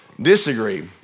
disagree